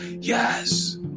yes